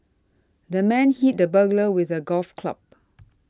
the man hit the burglar with a golf club